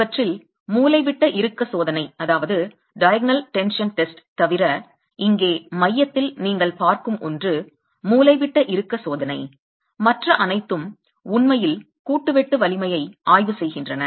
இவற்றில் மூலைவிட்ட இறுக்கம் சோதனை தவிர இங்கே மையத்தில் நீங்கள் பார்க்கும் ஒன்று மூலைவிட்ட இறுக்க சோதனை மற்ற அனைத்தும் உண்மையில் கூட்டு வெட்டு வலிமையை ஆய்வு செய்கின்றன